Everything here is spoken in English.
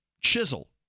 chisel